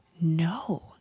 no